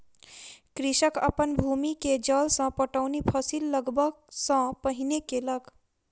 कृषक अपन भूमि के जल सॅ पटौनी फसिल लगबअ सॅ पहिने केलक